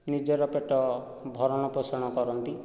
ନିଜର ପେଟ ଭରଣ ପୋଷଣ କରନ୍ତି